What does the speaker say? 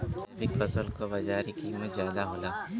जैविक फसल क बाजारी कीमत ज्यादा होला